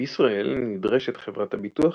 בישראל נדרשת חברת הביטוח